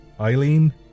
Eileen